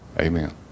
Amen